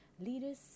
Leaders